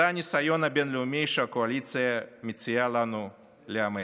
זה הניסיון הבין-לאומי שהקואליציה מציעה לנו לאמץ.